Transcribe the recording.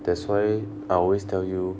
that's why I always tell you